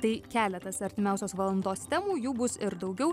tai keletas artimiausios valandos temų jų bus ir daugiau